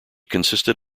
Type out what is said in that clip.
consisted